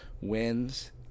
wins